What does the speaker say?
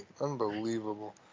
Unbelievable